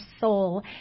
soul